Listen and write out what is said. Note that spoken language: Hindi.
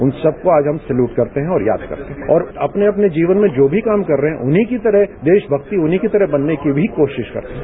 उन सबको आज हम सलूट करते हैं और अपने अपने जीवन में जो भी काम कर रहे है उन्हीं की तरह देशभक्ति उन्हीं की तरह बनने की भी कोशिश है